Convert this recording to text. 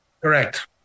Correct